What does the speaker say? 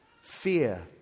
fear